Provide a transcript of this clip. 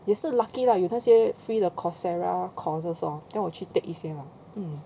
也是 lucky lah 有那些 free 的 Coursera courses lor then 我去 take 一些 lah mm